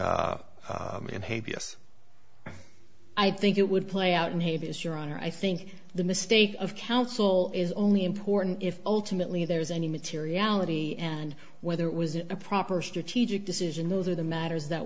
yes i think it would play out in hades your honor i think the mistake of counsel is only important if ultimately there is any materiality and whether it was a proper strategic decision those are the matters that